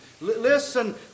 Listen